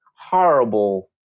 horrible